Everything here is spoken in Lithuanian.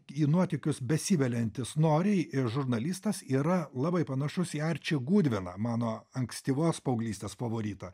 į nuotykius besiveliantis noriai ir žurnalistas yra labai panašus į arčį gud veną mano ankstyvos paauglystės favoritą